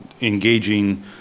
engaging